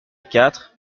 quatre